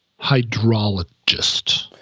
hydrologist